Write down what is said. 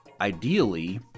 ideally